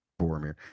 Boromir